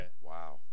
Wow